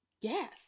Yes